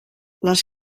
les